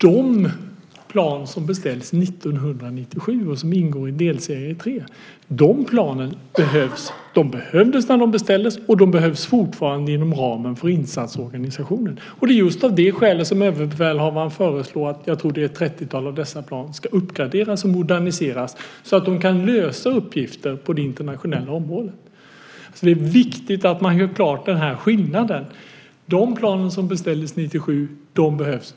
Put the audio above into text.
De plan som beställdes 1997 och som ingår i delserie 3 behövdes när de beställdes, och de behövs fortfarande inom ramen för insatsorganisationen. Det är just av det skälet som överbefälhavaren föreslår att ett 30-tal, tror jag att det är, av dessa plan ska uppgraderas och moderniseras så att de kan lösa uppgiften på det internationella området. Det är viktigt att man gör klart den här skillnaden. De plan som beställdes 1997 behövs.